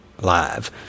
live